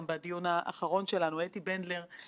חקירה פרלמנטרית בנושא שוק האשראי הישראלי,